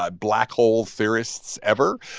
ah black hole theorists ever,